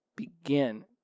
begin